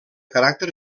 caràcter